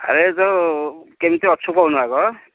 ଆରେ ଯେଉଁ କେମିତି ଅଛୁ କହୁନୁ ଆଗ